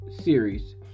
series